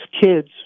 kids